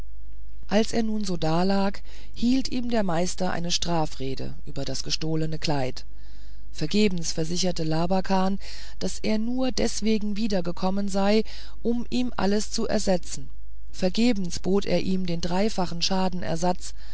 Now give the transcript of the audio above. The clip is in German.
als er nun so dalag hielt ihm der meister eine strafrede über das gestohlene kleid vergebens versicherte labakan daß er nur deswegen wiedergekommen sei um ihm alles zu ersetzen vergebens bot er ihm den dreifachen schadenersatz